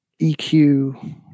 eq